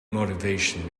motivation